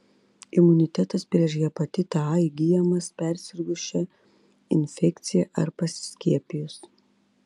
imunitetas prieš hepatitą a įgyjamas persirgus šia infekcija ar pasiskiepijus